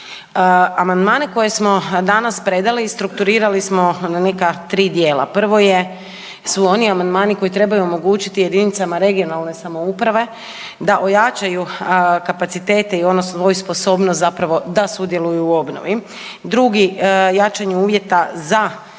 Amandmane koje smo danas predali i strukturirali smo na neka 3 dijela. Prvo su oni amandmani koji trebaju omogućiti jedinicama regionalne samouprave da ojačaju kapacitete i onu svoju sposobnost zapravo da sudjeluju u obnovi. Drugi, jačanju uvjeta za